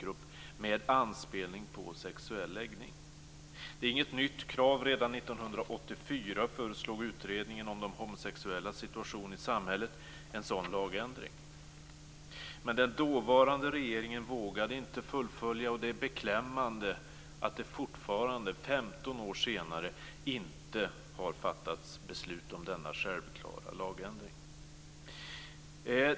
Redan 1984 föreslog utredningen om de homosexuellas situation i samhället en sådan lagändring, men den dåvarande regeringen vågade inte fullfölja. Det är beklämmande att det fortfarande, 15 år senare, inte har fattats beslut om denna självklara lagändring.